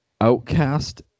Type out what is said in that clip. Outcast